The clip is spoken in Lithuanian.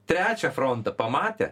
trečią frontą pamatė